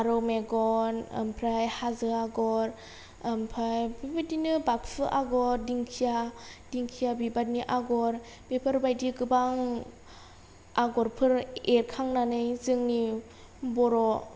फारौ मेगन ओंफ्राय हाजो आगर ओमफ्राय बेबायदिनो बाथु आगर दिंखिया दिंखिया बिबारनि आगर बेबायदि गोबां आगरफोर एरखांनानै जोंनि बर'नि